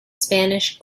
spanish